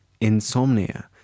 Insomnia